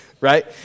Right